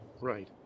right